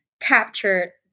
capture